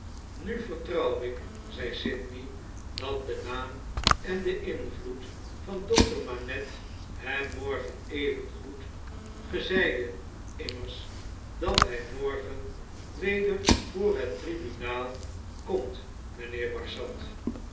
nu vertrouw ik zei sydney dat de naam en de invloed van dokter manette hem morgen evengoed ge zeidetimmers dathj morgen weder voor net tribunaal komt mgnheer barsad